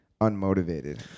unmotivated